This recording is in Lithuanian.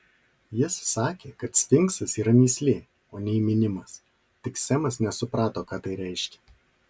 jis sakė kad sfinksas yra mįslė o ne įminimas tik semas nesuprato ką tai reiškia